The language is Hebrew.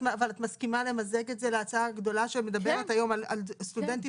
את מסכימה למזג להצעה הגדולה שמדברת היום על סטודנטים